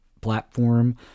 platform